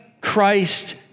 Christ